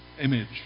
image